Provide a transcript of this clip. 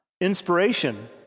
inspiration